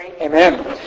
Amen